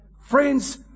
Friends